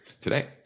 today